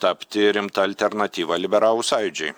tapti rimta alternatyva liberalų sąjūdžiui